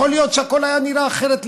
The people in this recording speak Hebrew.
יכול להיות שהכול היה נראה אחרת לגמרי.